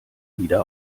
wieder